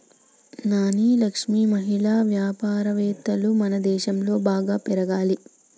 నాని లక్ష్మి మహిళా వ్యాపారవేత్తలు మనదేశంలో బాగా పెరగాలి